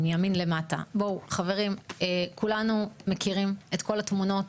בואו, חברים, כולנו מכירים את כל התמונות